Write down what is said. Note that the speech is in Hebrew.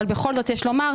אבל בכל זאת יש לומר,